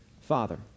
Father